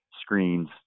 screens